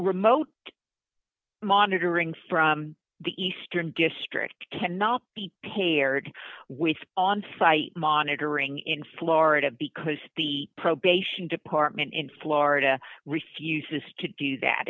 remote monitoring from the eastern district cannot be paid aired with on site monitoring in florida because the probation department in florida refuses to do that